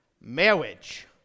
Marriage